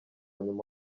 nyuma